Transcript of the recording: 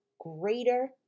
greater